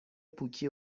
پوکی